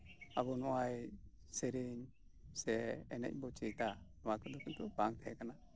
ᱟᱵᱚ ᱱᱚᱜᱚᱭ ᱥᱮᱨᱮᱧ ᱥᱮ ᱮᱱᱮᱡ ᱵᱚ ᱪᱮᱫᱟ ᱱᱚᱣᱟ ᱠᱚᱫᱚ ᱠᱤᱱᱛᱩ ᱵᱟᱝ ᱛᱟᱦᱮᱸ ᱠᱟᱱᱟ